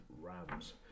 Rams